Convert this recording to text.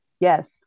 Yes